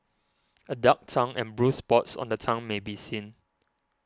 a dark tongue and bruised spots on the tongue may be seen